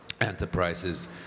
enterprises